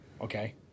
Okay